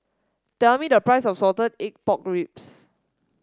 tell me the price of Salted Egg Pork Ribs